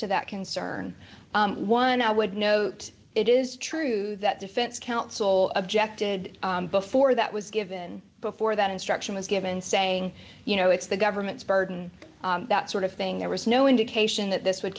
to that concern one i would note it is true that defense counsel objected before that was given before that instruction was given saying you know it's the government's burden that sort of thing there was no indication that this would